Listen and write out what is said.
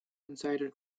insider